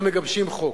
המגבשים חוק.